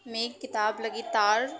मैं एक किताब लगातार